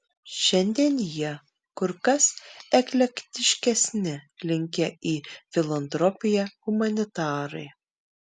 šiandien jie kur kas eklektiškesni linkę į filantropiją humanitarai